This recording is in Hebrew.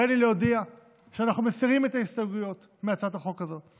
הריני להודיע שאנחנו מסירים את ההסתייגויות להצעת החוק הזאת.